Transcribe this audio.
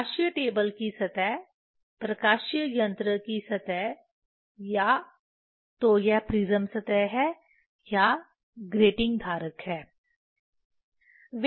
प्रकाशीय टेबल की सतह प्रकाशीय यंत्र की सतह या तो यह प्रिज्म सतह है या ग्रेटिंग धारक है